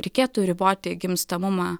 reikėtų riboti gimstamumą